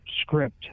script